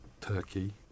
Turkey